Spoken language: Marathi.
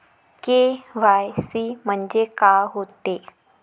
के.वाय.सी म्हंनजे का होते?